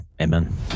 Amen